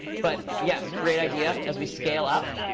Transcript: but yes, great idea as we scale up,